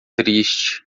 triste